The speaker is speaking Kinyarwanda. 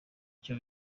icyo